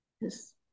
yes